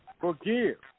Forgive